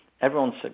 everyone's